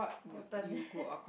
your turn